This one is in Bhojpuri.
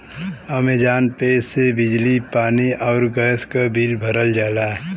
अमेजॉन पे से बिजली पानी आउर गैस क बिल भरल जाला